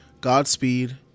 Godspeed